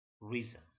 reason